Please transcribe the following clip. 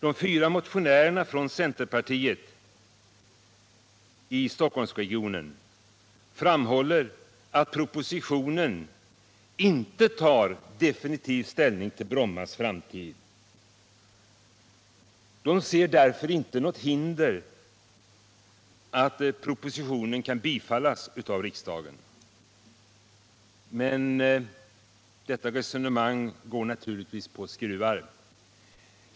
De fyra motionärerna från centerpartiet i Stockholmsregionen framhåller att propositionen inte tar definitiv ställning till Brommas framtid. De ser därför inte något hinder för att propositionen kan bifallas av riksdagen. Men detta resonemang går naturligtvis på skruvar.